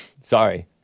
Sorry